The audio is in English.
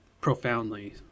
profoundly